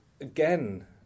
again